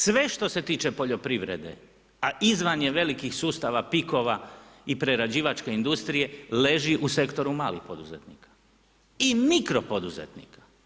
Sve što se tiče poljoprivrede a izvan je velikih sustava PIK-ova i prerađivačke industrije leži u sektoru malih poduzetnika i mikro poduzetnika.